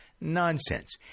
Nonsense